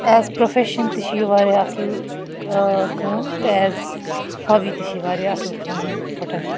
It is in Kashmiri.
ایز پروفیٚشَن تہِ چھُ یہِ واریاہ اَصل کٲم تہٕ ایز ہابی تہِ چھِ یہِ واریاہ اَصل کٲم فوٹوگریفی